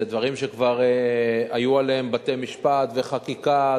אלה דברים שכבר היו לגביהם פסיקות בתי-משפט וחקיקה,